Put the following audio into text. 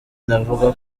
navuga